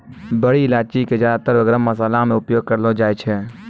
बड़ी इलायची कॅ ज्यादातर गरम मशाला मॅ उपयोग करलो जाय छै